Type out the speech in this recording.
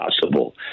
possible